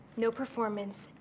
no performance,